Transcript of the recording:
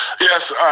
Yes